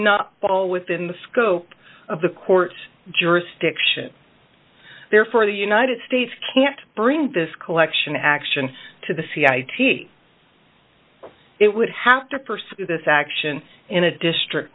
not fall within the scope of the court's jurisdiction therefore the united states can't bring this collection action to the c i it would have to pursue this action in a district